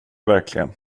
verkligen